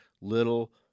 little